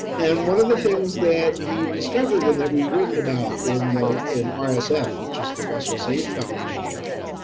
and one of the things that he discovered and that we've written about in the in ah so rsf, which is the russell sage foundation journal